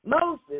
Moses